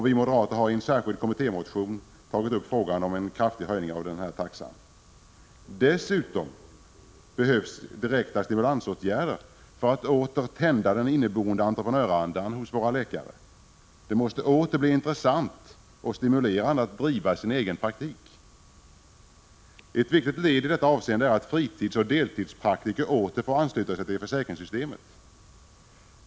Vi moderater har i en särskild kommittémotion tagit upp frågan om en kraftig höjning av taxan. Dessutom behövs direkta stimulansåtgärder för att på nytt tända den inneboende entreprenörandan hos våra läkare. Det måste bli intressant och stimulerande att driva sin egen praktik. Ett viktigt led i detta avseende är att fritidsoch deltidspraktiker åter får ansluta sig till försäkringssystemet.